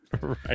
right